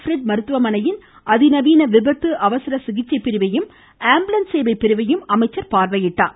bread மருத்துவமனையின் அதிநவீன விபத்து அவசர சிகிச்சை பிரிவையும் ஆம்புலன்ஸ் சேவை பிரிவையும் அமைச்சர் பார்வையிட்டார்